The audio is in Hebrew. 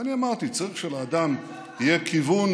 ואני אמרתי: צריך שלאדם יהיה כיוון,